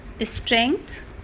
strength